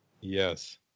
Yes